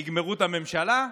שיגמרו את הממשלה.